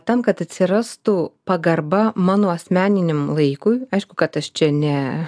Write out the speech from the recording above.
tam kad atsirastų pagarba mano asmeniniam laikui aišku kad aš čia ne